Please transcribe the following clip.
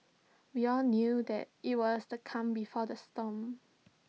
we all knew that IT was the calm before the storm